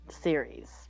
Series